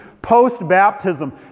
post-baptism